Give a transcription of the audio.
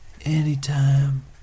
Anytime